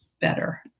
better